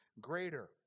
greater